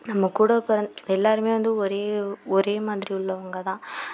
நம்ம கூட பிற எல்லாேருமே வந்து ஒரே ஒரே மாதிரி உள்ளவங்க தான்